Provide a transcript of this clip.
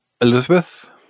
Elizabeth